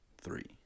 Three